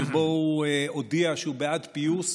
שבו הוא הודיע שהוא בעד פיוס,